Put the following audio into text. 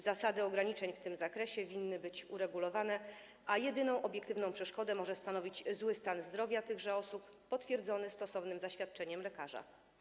Zasady ograniczeń w tym zakresie winny być uregulowane, a jedyną obiektywną przeszkodę może stanowić zły stan zdrowia tychże osób potwierdzony stosownym zaświadczeniem lekarza.